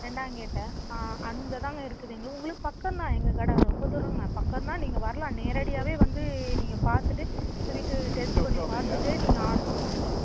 ரெண்டாங்கேட்டு ஆ அங்கே தான்ங்க இருக்குதுங்க உங்களுக்கு பக்கம்தான் எங்கள் கடை ரொம்ப தூரம் இல்லை பக்கம் தான் நீங்கள் வரலாம் நேரடியாகவே வந்து நீங்கள் பார்த்துட்டு ஸ்வீட்டு டேஸ்ட் பண்ணி பார்த்துட்டே நீங்கள் ஆட்ரு குடுத்துக்கலாம்